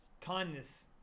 Kindness